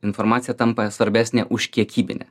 informacija tampa svarbesnė už kiekybinę